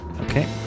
Okay